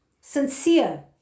sincere